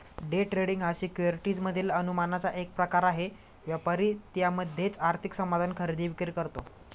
day trading हा securities मधील अनुमानाचा एक प्रकार आहे, व्यापारी त्यामध्येच आर्थिक साधन खरेदी विक्री करतो